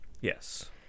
Yes